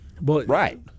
right